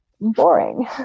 boring